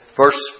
verse